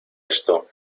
esto